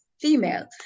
female